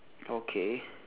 okay